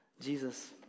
Jesus